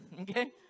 okay